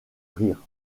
rire